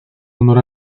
honor